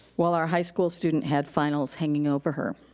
while our high school student had finals hanging over her.